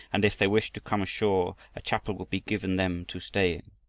and if they wished to come ashore a chapel would be given them to stay in.